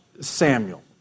Samuel